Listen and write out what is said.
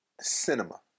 cinema